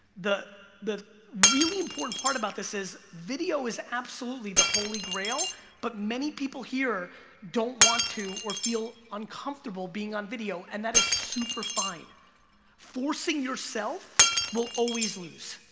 the the really important part about this is video is absolutely the holy grail but many people here don't want to or feel uncomfortable being on video and that is super fine forcing yourself will always lose